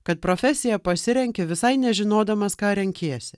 kad profesiją pasirenki visai nežinodamas ką renkiesi